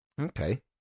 okay